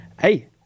hey